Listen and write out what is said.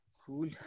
cool